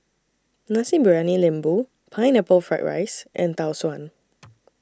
Nasi Briyani Lembu Pineapple Fried Rice and Tau Suan